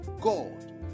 God